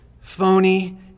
phony